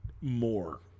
more